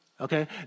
Okay